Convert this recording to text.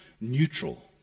neutral